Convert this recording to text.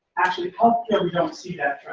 actually healthcare, we don't see that trend.